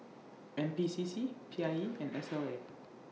N P C C P I E and S L A